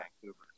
vancouver